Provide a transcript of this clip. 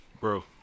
Bro